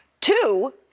Two